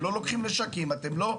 אתם לא לוקחים נשקים, אתם לא.